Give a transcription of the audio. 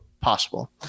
possible